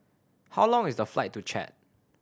how long is the flight to Chad